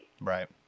Right